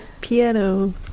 piano